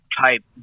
type